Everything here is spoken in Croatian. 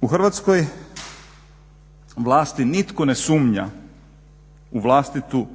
U Hrvatskoj vlasti nitko ne sumnja u vlastitu